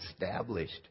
established